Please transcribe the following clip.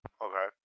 Okay